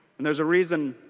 and there's a reason